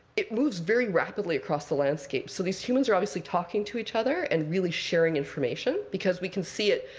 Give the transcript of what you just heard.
it moves very rapidly across the landscape. so these humans are obviously talking to each other and really sharing information. because we can see it.